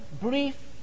brief